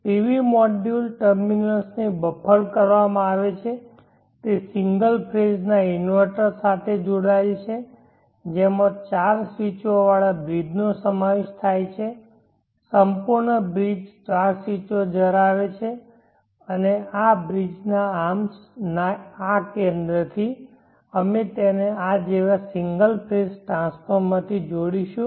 PV module ટર્મિનલ્સને buffer કરવામાં આવે છે તે સિંગલ ફેઝ ના ઇન્વર્ટર સાથે જોડાયેલ છે જેમાં ચાર સ્વીચોવાળા બ્રિજ નો સમાવેશ થાય છે સંપૂર્ણ બ્રિજ ચાર સ્વીચો ધરાવે છે અને આ બ્રિજ ના આર્મ્સ ના આ કેન્દ્રથી અમે તેને આ જેવા સિંગલ ફેઝ ટ્રાન્સફોર્મરથી જોડીશું